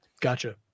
Gotcha